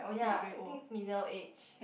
ya I think is middle age